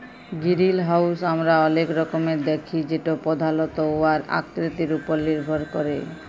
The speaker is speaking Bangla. গিরিলহাউস আমরা অলেক রকমের দ্যাখি যেট পধালত উয়ার আকৃতির উপর লির্ভর ক্যরে